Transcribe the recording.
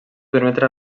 permetre